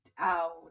out